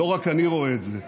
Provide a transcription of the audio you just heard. לא רק אני רואה את זה,